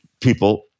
people